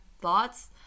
thoughts